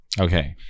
Okay